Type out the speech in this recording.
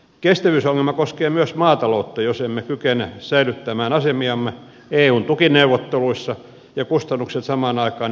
kestävyysongelma koskee myös maataloutta jos emme kykene säilyttämään asemiamme eun tukineuvotteluissa ja kustannukset samaan aikaan edelleen kohoavat